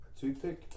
toothpick